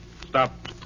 Stop